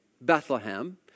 Bethlehem